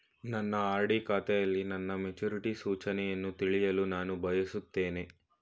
ನನ್ನ ಆರ್.ಡಿ ಖಾತೆಯಲ್ಲಿ ನನ್ನ ಮೆಚುರಿಟಿ ಸೂಚನೆಯನ್ನು ತಿಳಿಯಲು ನಾನು ಬಯಸುತ್ತೇನೆ